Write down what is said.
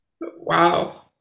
Wow